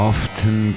Often